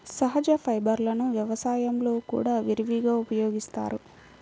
సహజ ఫైబర్లను వ్యవసాయంలో కూడా విరివిగా ఉపయోగిస్తారు